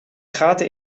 gaten